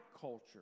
culture